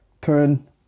turn